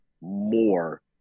more